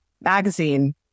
magazine